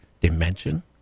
dimension